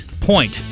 point